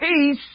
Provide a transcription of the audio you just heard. peace